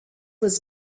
was